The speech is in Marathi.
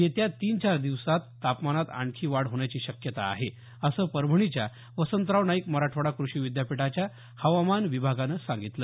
येत्या तीन चार दिवस तापमानात आणखी वाढ होण्याची शक्यता आहे असं परभणीच्या वसंतराव नाईक मराठवाडा कृषी विद्यापीठाच्या हवामान विभागानं सांगितलं